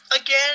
again